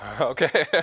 Okay